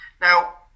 Now